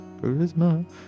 charisma